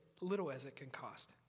little-as-it-can-cost